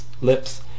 lips